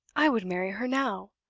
i would marry her now.